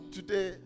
Today